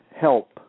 help